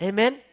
Amen